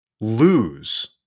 lose